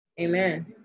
Amen